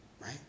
Right